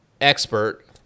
expert